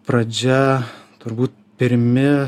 pradžia turbūt pirmi